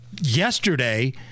yesterday